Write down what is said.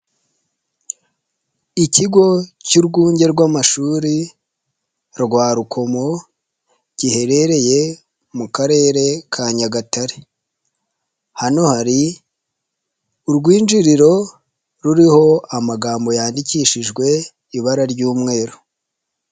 Ikigo cy'Urwunge rw'Amashuri rwa Rukomo giherereye mu Karere ka Nyagatare, hano hari urwininjiriro ruriho amagambo yandikishijwe ibara ry'umweru.